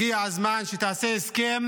הגיע הזמן שתעשה הסכם